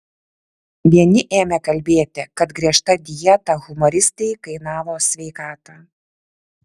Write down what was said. vieni ėmė kalbėti kad griežta dieta humoristei kainavo sveikatą